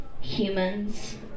humans